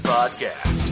Podcast